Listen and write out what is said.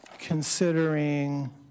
considering